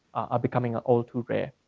ah becoming ah all too rare.